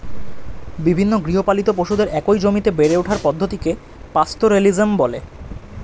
বিভিন্ন গৃহপালিত পশুদের একই জমিতে বেড়ে ওঠার পদ্ধতিকে পাস্তোরেলিজম বলা হয়